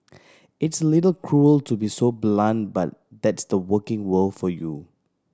it's a little cruel to be so blunt but that's the working world for you